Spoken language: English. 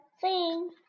sing